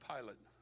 Pilate